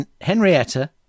Henrietta